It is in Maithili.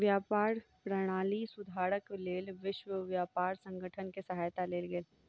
व्यापार प्रणाली सुधारक लेल विश्व व्यापार संगठन के सहायता लेल गेल